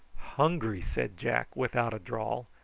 hungry! said jack, without a drawl,